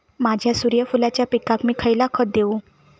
माझ्या सूर्यफुलाच्या पिकाक मी खयला खत देवू?